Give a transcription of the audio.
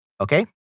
Okay